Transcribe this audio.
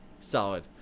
solid